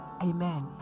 amen